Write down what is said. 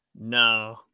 No